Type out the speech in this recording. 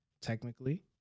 technically